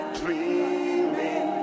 dreaming